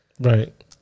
Right